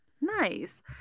Nice